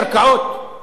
מישהו ראה פעם